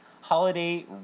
holiday